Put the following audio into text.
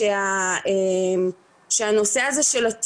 שזה גם דיברת על זה,